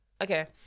Okay